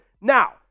Now